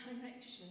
direction